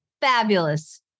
Fabulous